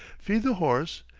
feed the horse,